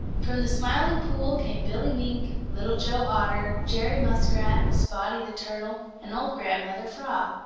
from the smiling pool came billy mink, little joe otter, jerry muskrat, spotty the turtle, and old grandfather frog.